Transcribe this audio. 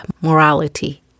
morality